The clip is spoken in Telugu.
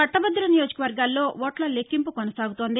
పట్లభద్ర నియోజకవర్గాల్లోఓట్ల లెక్కింపు కొనసాగుతోంది